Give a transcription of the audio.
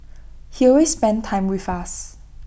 he always spent time with us